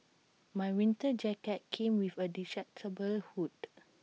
my winter jacket came with A detachable hood